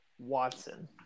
Watson